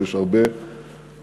יש הרבה מרץ,